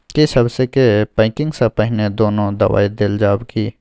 की सबसे के पैकिंग स पहिने कोनो दबाई देल जाव की?